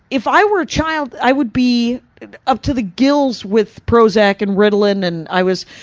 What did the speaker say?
if i were a child, i would be up to the gills with prozac and ritalin and i was,